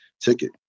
ticket